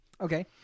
Okay